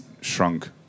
shrunk